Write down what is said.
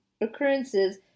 occurrences